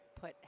put